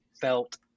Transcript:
felt